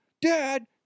dad